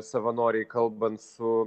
savanoriai kalbant su